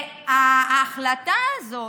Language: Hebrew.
וההחלטה הזאת,